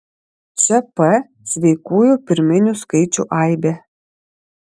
čia p sveikųjų pirminių skaičių aibė